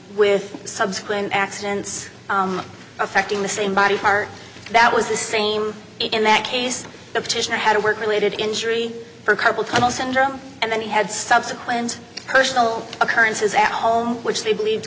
with subsequent accidents affecting the same body part that was the same in that case the petitioner had a work related injury for carpal tunnel syndrome and then he had subsequent personal occurrences at home which they believed